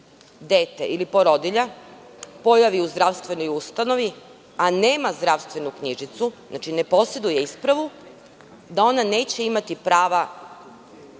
dete ili porodilja pojave u zdravstvenoj ustanovi, a nema zdravstvenu knjižicu, znači ne poseduje ispravu, da one neće imati prava